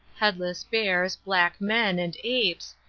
headless bears, black men, and apes,